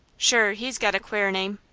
shure, he's got a quare name.